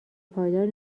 پایدار